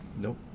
Nope